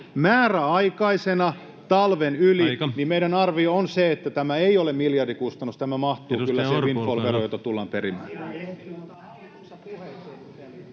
määräaikaisina talven yli, [Puhemies: Aika!] ja meidän arviomme on se, että tämä ei ole miljardikustannus, tämä mahtuu kyllä siihen windfall-veroon, jota tullaan perimään.